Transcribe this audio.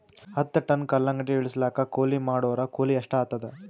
ಹತ್ತ ಟನ್ ಕಲ್ಲಂಗಡಿ ಇಳಿಸಲಾಕ ಕೂಲಿ ಮಾಡೊರ ಕೂಲಿ ಎಷ್ಟಾತಾದ?